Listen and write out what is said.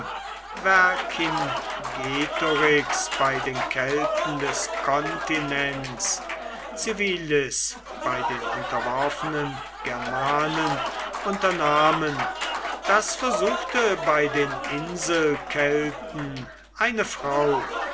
vercingetorix bei den kelten des kontinents civilis bei den unterworfenen germanen unternahmen das versuchte bei den inselkelten eine frau